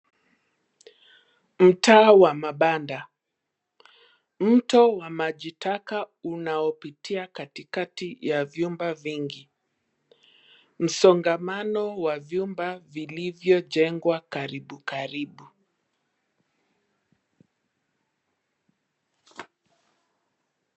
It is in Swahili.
Mtaa wa mabanda, mto wa maji taka unaopitia katikati ya vyumba vingi. Msongamano wa vyumba vilivyojengwa karibu karibu.